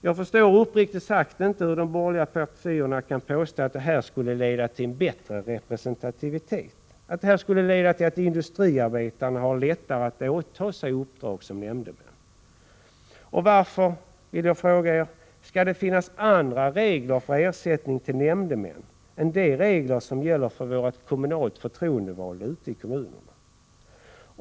Jag förstår uppriktigt sagt inte hur de borgerliga partierna kan påstå att detta skulle leda till bättre representativitet, att det skulle leda till att industriarbetarna har lättare att åta sig uppdrag som nämndemän. Och varför, vill jag fråga er, skall det finnas andra regler för ersättningen till nämndemän än de regler som gäller för våra kommunalt förtroendevalda ute i kommunerna?